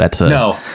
No